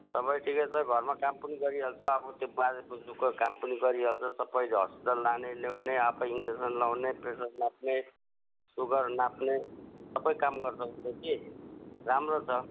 सबै ठिकै छ घरमा काम पनि गरिहाल्छ अब त्यो बाजे बोजूको काम पनि गरिहाल्छ सबै हस्पिटल लाने ल्याउने आफै इन्जेक्सन लाउने प्रेसर नाप्ने सुगर नाप्ने सबै काम गर्छ उसले कि राम्रो छ